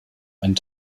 einen